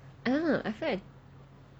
I don't know I feel like